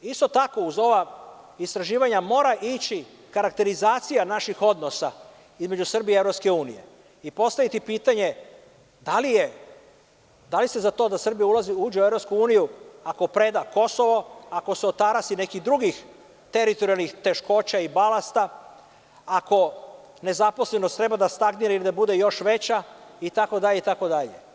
Isto tako, uz ova istraživanja mora ići karakterizacija naših odnosa između Srbije i EU i postaviti pitanje da li ste za to da Srbija uđe u EU ako preda Kosovo, ako se otarasi nekih drugih teritorijalnih teškoća i balasta, ako nezaposlenost treba da stagnira ili da bude još veća itd, itd.